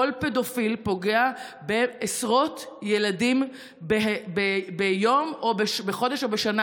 כל פדופיל פוגע בעשרות ילדים ביום או בחודש או בשנה,